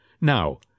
Now